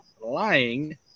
lying